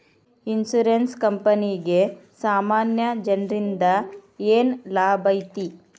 Insurance ಕ್ಂಪನಿಗೆ ಸಾಮಾನ್ಯ ಜನ್ರಿಂದಾ ಏನ್ ಲಾಭೈತಿ?